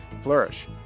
flourish